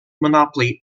monopoly